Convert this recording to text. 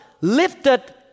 lifted